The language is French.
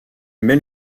mêle